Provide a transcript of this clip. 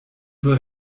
für